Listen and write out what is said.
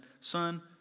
Son